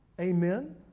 Amen